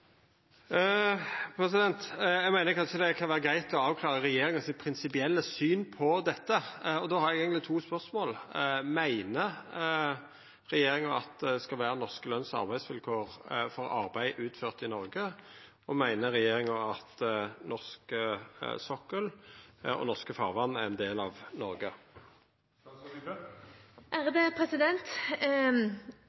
det kanskje kan vera greitt å avklara regjeringas prinsipielle syn på dette. Då har eg eigentleg to spørsmål: Meiner regjeringa at det skal vera norske løns- og arbeidsvilkår for arbeid utført i Noreg? Og meiner regjeringa at norsk sokkel og norske farvatn er ein del av